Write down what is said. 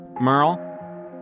Merle